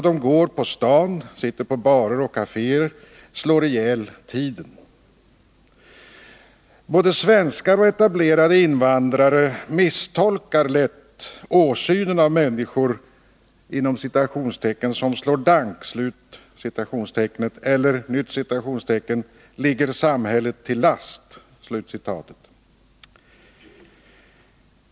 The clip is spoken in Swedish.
De går på stan, sitter på barer och kaféer, slår ihjäl tiden. Både svenskar och etablerade invandrare misstolkar lätt åsynen av människor som ”slår dank” eller ”ligger samhället till last”.